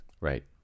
right